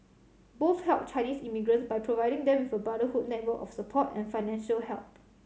both helped Chinese immigrants by providing them with a brotherhood network of support and financial help